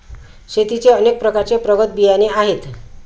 शेतीचे अनेक प्रकारचे प्रगत बियाणे आहेत